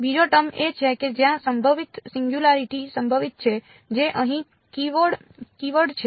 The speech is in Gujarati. બીજો ટર્મ એ છે કે જ્યાં સંભવિત સિંગયુંલારીટી સંભવિત છે જે અહીં કીવર્ડ છે